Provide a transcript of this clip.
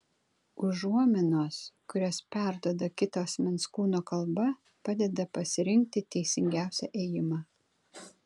užuominos kurias perduoda kito asmens kūno kalba padeda pasirinkti teisingiausią ėjimą